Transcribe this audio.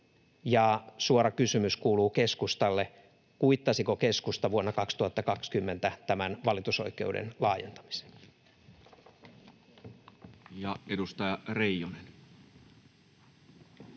suora kysymys kuuluu keskustalle: kuittasiko keskusta vuonna 2020 tämän valitusoikeuden laajentamisen?